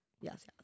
yes